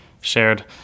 shared